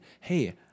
hey